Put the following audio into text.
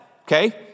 okay